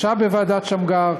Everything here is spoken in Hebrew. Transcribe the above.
ישב בוועדת שמגר,